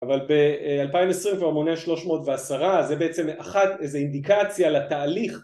אבל ב 2020 הוא כבר מונה 310 זה בעצם איזו אינדיקציה לתהליך